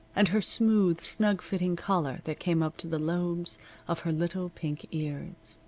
and her smooth, snug-fitting collar that came up to the lobes of her little pink ears,